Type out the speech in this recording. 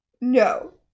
no